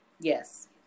Yes